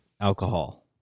alcohol